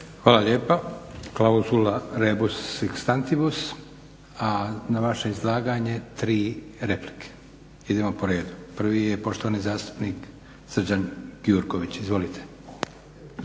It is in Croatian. Hvala lijepa. Klauzula rebus sic stantibus a na vaše izlaganje tri replike. Idemo po redu. Prvi je poštovani zastupnik Srđan Gjurković. Izvolite.